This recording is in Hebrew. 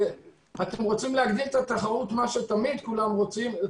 אתם רוצים להגדיל את התחרות ובעצם תקטינו אותה.